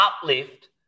uplift